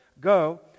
Go